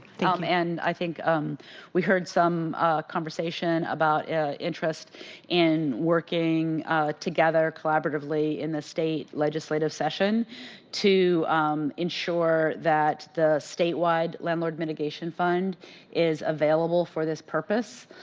um and i think um we heard some conversation about interest in working together collaboratively in the state legislative session to ensure that the statewide landlord mitigation fund is available for this purpose.